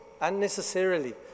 unnecessarily